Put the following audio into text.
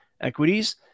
equities